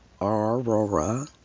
Aurora